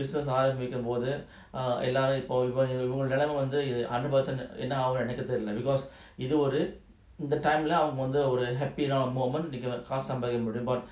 business ஆரம்பிக்கும்போதுஎல்லோரும்இவங்கநெலமவந்து:arambikumpothu ellorum ivanga nelama vandhu hundred percent என்னாகும்னுஎனக்குதெரியல:ennagumnu enaku theriala like because இதுஒருஇந்த:idhula oru indha the time lah I wonder will they happy around a moment they going to காசுசம்பாதிக்கமுடியும்:kaasu sambathika mudium